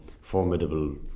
formidable